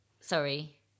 Sorry